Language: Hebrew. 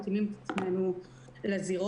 ומתאימים את עצמנו לזירות.